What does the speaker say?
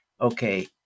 Okay